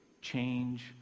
change